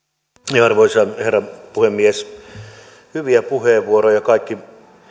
arvoisa herra puhemies hyviä puheenvuoroja kaikki